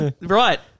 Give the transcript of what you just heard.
Right